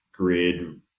grid